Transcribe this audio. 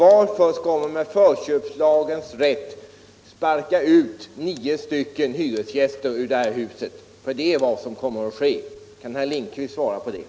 Varför skall man med förköpslagens rätt sparka ut nio hyresgäster ur huset? Det är vad som kommer att ske. Kan herr Lindkvist svar på detta.